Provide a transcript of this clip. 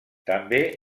també